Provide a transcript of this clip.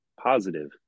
positive